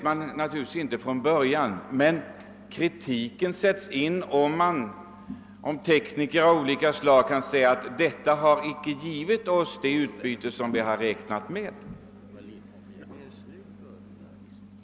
Man vet inte från början detta, och kritiken sätter ju in när tekniker av olika slag säger att en verksamhet inte har givit oss det utbyte vi räknade med.